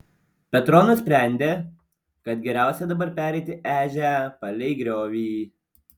petro nusprendė kad geriausia dabar pereiti ežią palei griovį